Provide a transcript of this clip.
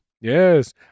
Yes